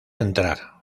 entrar